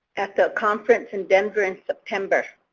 at the conference in denver in september.